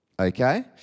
okay